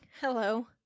Hello